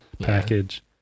package